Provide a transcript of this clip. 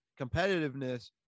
competitiveness